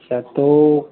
छः तो